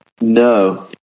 No